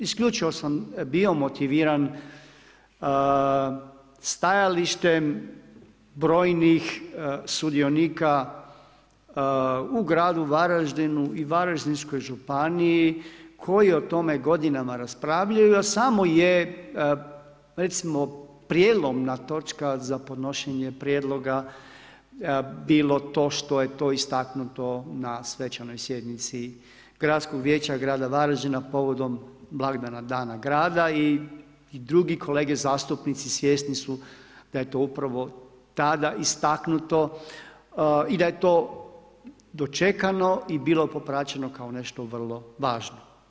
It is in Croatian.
Isključivo sam bio motiviran stajalištem brojnih sudionika u gradu Varaždinu i Varaždinskoj županiji koji o tome godinama raspravljaju, a samo je recimo prijelomna točka za podnošenje prijedloga bilo to što je to istaknuto na Svečanoj sjednici gradskoj vijeća Grada Varaždina povodom blagdana dana grada i drugi kolege zastupnici svjesni su da je to upravo tada istaknuto i da je to dočekano i bilo popraćeno kao nešto vrlo važno.